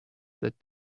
that